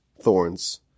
thorns